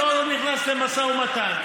אני לא נכנס למשא ומתן.